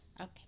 okay